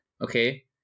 Okay